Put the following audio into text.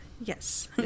yes